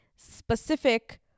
specific